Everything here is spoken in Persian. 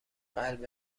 قلب